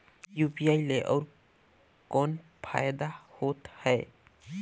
UPI ले अउ कौन फायदा होथ है?